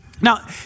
Now